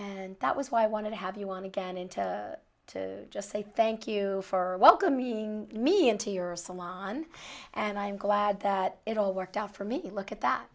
and that was why i wanted to have you want to get into to just say thank you for welcoming me into your salon and i'm glad that it all worked out for me to look at that